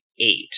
eight